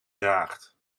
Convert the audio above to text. draagt